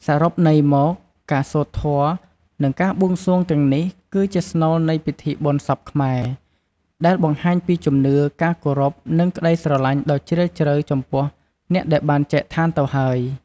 សរុបន័យមក ការសូត្រធម៌ និងការបួងសួងទាំងនេះ គឺជាស្នូលនៃពិធីបុណ្យសពខ្មែរ ដែលបង្ហាញពីជំនឿ ការគោរព និងក្តីស្រឡាញ់ដ៏ជ្រាលជ្រៅចំពោះអ្នកដែលបានចែកឋានទៅហើយ។